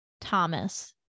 Thomas